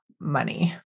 money